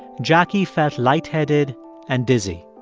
jackie felt lightheaded and dizzy.